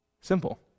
Simple